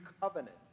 covenant